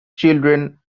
children